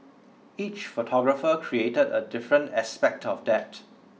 each photographer created a different aspect of that